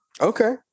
Okay